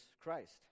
Christ